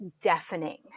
deafening